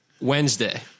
Wednesday